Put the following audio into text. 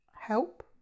Help